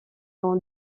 dans